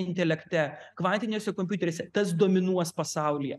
intelekte kvantiniuose kompiuteriuose tas dominuos pasaulyje